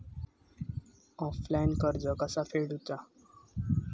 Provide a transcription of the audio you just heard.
Offline कर्ज कसा फेडूचा?